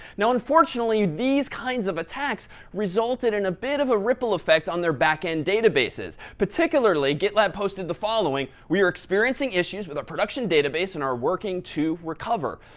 now unfortunately, these kinds of attacks resulted in a bit of a ripple effect on their back-end databases. particularly, gitlab posted the following. following. we are experiencing issues with our production database and are working to recover.